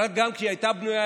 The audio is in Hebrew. אבל גם כשהיא הייתה בנויה,